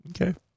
Okay